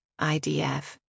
IDF